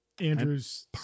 Andrew's